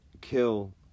Kill